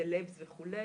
סלבס וכו',